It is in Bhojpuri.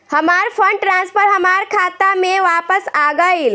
हमार फंड ट्रांसफर हमार खाता में वापस आ गइल